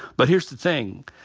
but here's the thing.